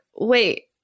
Wait